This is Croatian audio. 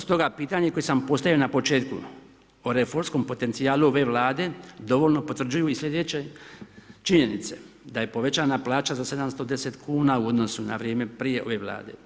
Stoga pitanje koje sam postavio na početku o reformskom potencijalu ove vlade, dovoljno potvrđuju i slijedeće činjenice, da je povećana plaća za 710 kn u odnosu na vrijeme prije ove Vlade.